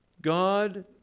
God